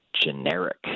generic